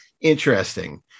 interesting